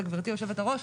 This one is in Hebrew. וגברתי יושבת-הראש,